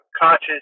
conscious